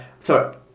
Sorry